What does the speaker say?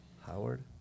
Howard